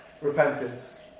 repentance